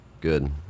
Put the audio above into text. Good